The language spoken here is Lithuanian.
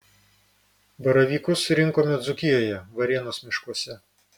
baravykus rinkome dzūkijoje varėnos miškuose